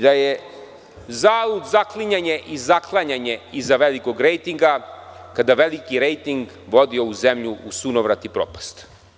Da je zalud zaklinjanje i zaklanjanje iza velikog rejtinga, kada veliki rejting vodi ovu zemlju u sunovrat i propast.